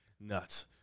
Nuts